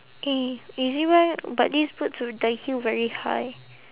eh ezbuy but these boots uh the heel very high